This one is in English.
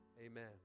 Amen